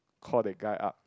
call that guy up